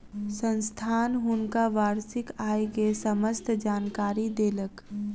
संस्थान हुनका वार्षिक आय के समस्त जानकारी देलक